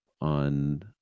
on